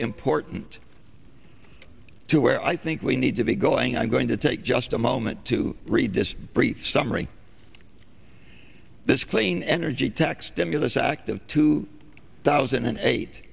important to where i think we need to be going i'm going to take just a moment to read this brief summary this clean energy tax stimulus act of two thousand and eight